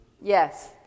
Yes